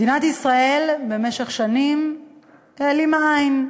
מדינת ישראל במשך שנים העלימה עין,